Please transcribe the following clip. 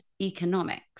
Economics